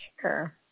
Sure